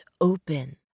open